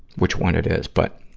which one it is. but,